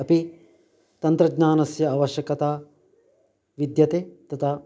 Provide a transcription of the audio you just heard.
अपि तन्त्रज्ञानस्य आवश्यकता विद्यते तथा